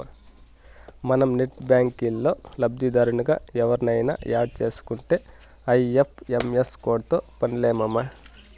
మనం నెట్ బ్యాంకిల్లో లబ్దిదారునిగా ఎవుర్నయిన యాడ్ సేసుకుంటే ఐ.ఎఫ్.ఎం.ఎస్ కోడ్తో పన్లే మామా